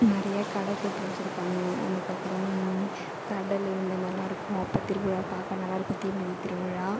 நிறையா கடை போட்டு வச்சுருப்பாங்க அதுக்கப்புறம் சடல்லு இந்த மாதிரிலாம் இருக்கும் அப்போ திருவிழா பார்க்க நல்லா இருக்கும் தீமிதி திருவிழா